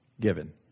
given